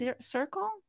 circle